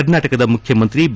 ಕರ್ನಾಟಕದ ಮುಖ್ಯಮಂತ್ರಿ ಬಿ